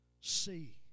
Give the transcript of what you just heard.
see